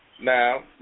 now